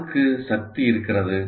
யாருக்கு சக்தி இருக்கிறது